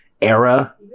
era